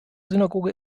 synagoge